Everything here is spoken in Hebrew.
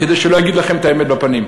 כדי שלא יגיד לכם את האמת בפנים.